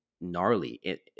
gnarly